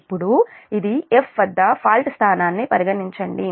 ఇప్పుడు ఇది 'F' వద్ద ఫాల్ట్ స్థానాన్ని పరిగణించండి